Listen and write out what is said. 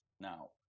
now